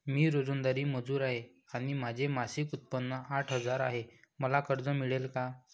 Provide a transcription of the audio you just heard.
मी रोजंदारी मजूर आहे आणि माझे मासिक उत्त्पन्न आठ हजार आहे, मला कर्ज मिळेल का?